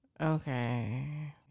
Okay